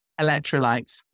Electrolytes